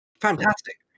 Fantastic